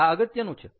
આ અગત્યનું છે